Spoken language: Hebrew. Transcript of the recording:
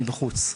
מבחוץ.